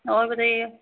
और बताइये